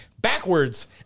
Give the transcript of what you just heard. backwards